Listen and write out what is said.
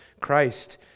Christ